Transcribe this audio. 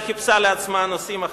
היא חיפשה לעצמה נושאים אחרים.